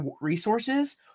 resources